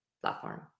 platform